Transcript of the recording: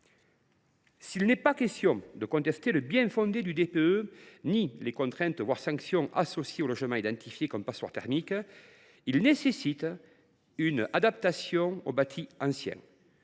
S’il n’est pas question de contester le bien fondé du DPE ni les contraintes, voire les sanctions, imposées aux logements identifiés comme des passoires thermiques, ce système nécessite une adaptation au bâti ancien.